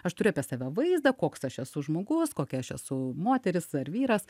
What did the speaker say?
aš turiu apie save vaizdą koks aš esu žmogus kokia aš esu moteris ar vyras